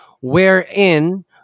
wherein